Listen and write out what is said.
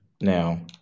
Now